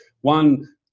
one